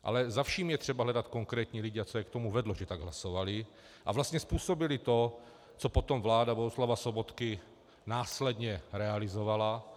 Ale za vším je třeba hledat konkrétní lidi, a co je k tomu vedlo, že tak hlasovali a vlastně způsobili to, co potom vláda Bohuslava Sobotky následně realizovala.